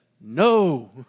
no